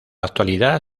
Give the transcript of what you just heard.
actualidad